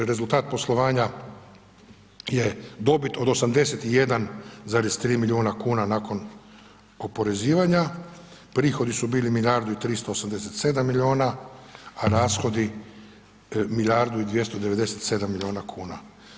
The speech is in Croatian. Rezultat poslovanja je dobit od 81,3 milijuna kuna nakon oporezivanja, prihodi su bili milijardu i 387 miliona, a rashodi milijardu i 297 miliona kuna.